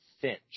Finch